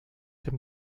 dem